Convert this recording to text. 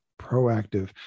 proactive